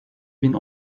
bin